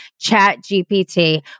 ChatGPT